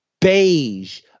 beige